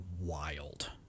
wild